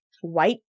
white